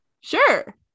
Sure